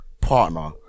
partner